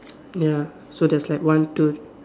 ya so there's like one two